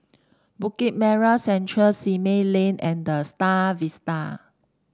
Bukit Merah Central Simei Lane and The Star Vista